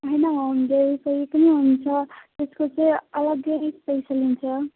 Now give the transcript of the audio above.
होइन home delivery पनि हुन्छ त्यसको चाहिँ अलग्गै पैसा लिन्छ